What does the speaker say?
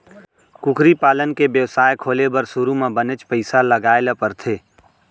कुकरी पालन के बेवसाय खोले बर सुरू म बनेच पइसा लगाए ल परथे